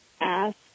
ask